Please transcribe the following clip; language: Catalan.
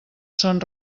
són